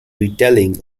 retelling